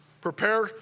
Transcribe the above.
Prepare